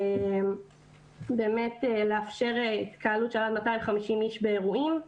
באמת לאפשר התקהלות של עד 250 איש באירועים.